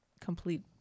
complete